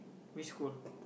which school